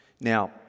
Now